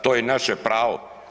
To je naše pravo.